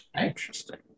Interesting